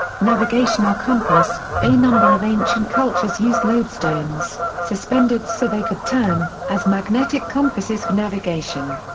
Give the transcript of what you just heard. navigational compass a number of ancient cultures used lodestones, suspended so they could turn, as magnetic compasses for navigation.